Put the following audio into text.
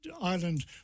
Ireland